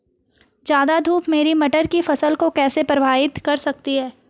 ज़्यादा धूप मेरी मटर की फसल को कैसे प्रभावित कर सकती है?